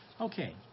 Okay